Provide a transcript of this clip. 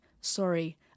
sorry